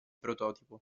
prototipo